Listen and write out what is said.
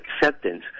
acceptance